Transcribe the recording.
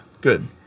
Good